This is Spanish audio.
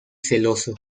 celoso